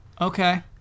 Okay